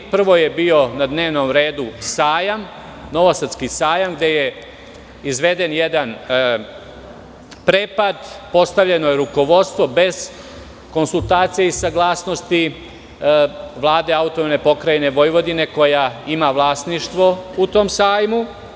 Prvo je bio na dnevnom redu sajam, Novosadski sajam, gde je izveden jedan prepad, postavljeno je rukovodstvo bez konsultacije i saglasnosti Vlade AP Vojvodine koja ima vlasništvo u tom sajmu.